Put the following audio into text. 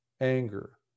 anger